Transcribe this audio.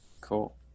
Cool